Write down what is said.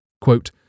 Quote